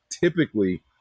typically